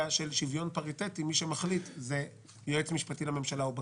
של שוויון פריטטי מי שמחליט זה היועץ המשפטי לממשלה או בג"ץ,